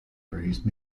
phrase